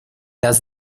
las